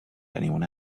anyone